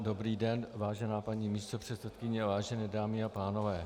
Dobrý den, vážená paní místopředsedkyně, vážené dámy a pánové.